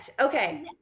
Okay